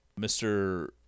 Mr